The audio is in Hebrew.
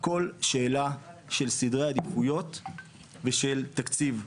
הכל שאלה של סדרי עדיפויות ושל תקציב,